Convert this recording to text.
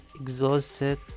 exhausted